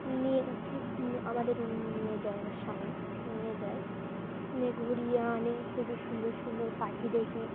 নিয়ে আমাদের নিয়ে যায় আমার স্বামী নিয়ে যায় নিয়ে ঘুরিয়ে আনে খুবই সুন্দর সুন্দর পাখি দেখি